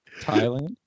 Thailand